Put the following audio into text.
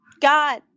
God